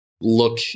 look